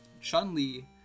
Chun-Li